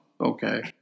Okay